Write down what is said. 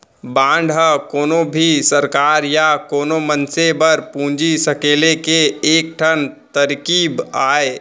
bond ह कोनो भी सरकार या कोनो मनसे बर पूंजी सकेले के एक ठन तरकीब अय